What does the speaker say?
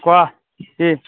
কোৱা কি